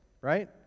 right